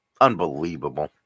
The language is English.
Unbelievable